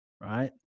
right